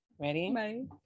ready